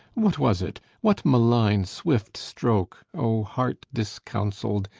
what was it? what malign swift stroke, o heart discounselled,